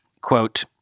Quote